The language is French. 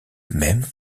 même